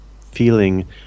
feeling